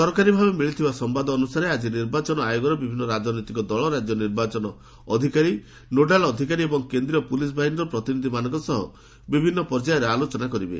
ସରକାରୀ ଭାବେ ମିଳିଥିବା ସମ୍ଭାଦ ଅନୁସାରେ ଆଜି ନିର୍ବାଚନ ଆୟୋଗ ବିଭିନ୍ନ ରାଜନୈତିକ ଦଳ ରାଜ୍ୟ ନିର୍ବାଚନ ଅଧିକାରୀ ନୋଡାଲ୍ ଅଧିକାରୀ ଏବଂ କେନ୍ଦ୍ରୀୟ ପୁଲିସ୍ ବାହିନୀର ପ୍ରତିନିଧିମାନଙ୍କ ସହ ବିଭିନ୍ନ ପର୍ଯ୍ୟାୟରେ ଆଲୋଚନା କରିବେ